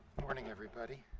morning, everybody.